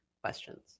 questions